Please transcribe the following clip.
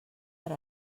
per